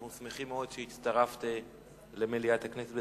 אנחנו שמחים מאוד שהצטרפת למליאת הכנסת.